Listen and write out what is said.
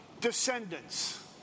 descendants